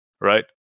right